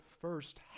first